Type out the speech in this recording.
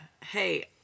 Hey